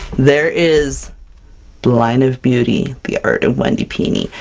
there is line of beauty the art of wendy pini!